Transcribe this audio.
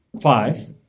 Five